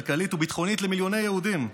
כלכלית וביטחונית למיליוני יהודים.